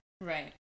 Right